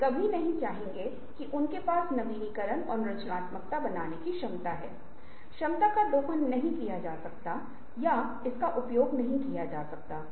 यह भी संभव है कि उनमें से एक या दो बहुत प्रासंगिक दिलचस्प और नए हैं और इसका उपयोग पूर्ण तरीके से किया जा सकता है